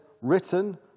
written